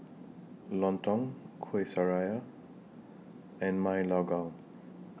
Lontong Kuih Syara and Ma Lai Gao